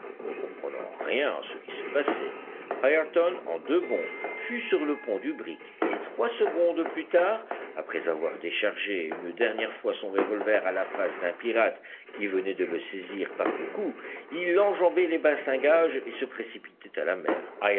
ne comprenant rien à ce qui se passait ayrton en deux bonds fut sur le pont du brick et trois secondes plus tard après avoir déchargé une dernière fois son revolver à la face d'un pirate qui venait de le saisir par le cou il enjambait les bastingages et se précipitait à la mer